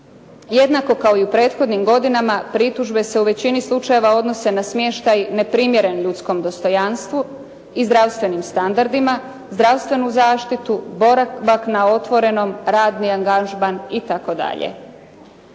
Jednako kao i u prethodnim godinama, pritužbe se u većini slučajeva odnose na smještaj neprimjeren ljudskom dostojanstvu i zdravstvenim standardima, zdravstvenu zaštitu, boravak na otvorenom, radni angažman itd.